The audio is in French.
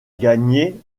gagné